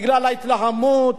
בגלל ההתלהמות,